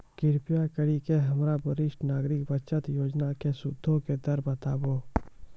कृपा करि के हमरा वरिष्ठ नागरिक बचत योजना के सूदो के दर बताबो